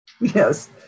Yes